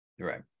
Right